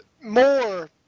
More